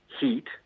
heat